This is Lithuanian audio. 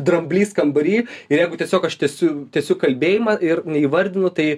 dramblys kambary ir jeigu tiesiog aš tęsiu tęsiu kalbėjimą ir neįvardinu tai